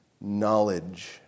knowledge